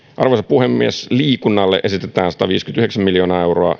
toimijoille arvoisa puhemies liikunnalle esitetään sataviisikymmentäyhdeksän miljoonaa euroa